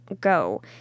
go